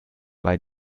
bei